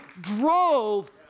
drove